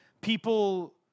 People